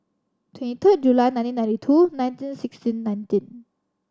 twenty third July nineteen ninety two nineteen sixteen nineteen